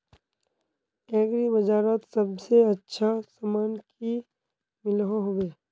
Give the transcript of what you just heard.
Agri बजारोत सबसे अच्छा सामान की मिलोहो होबे?